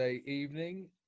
evening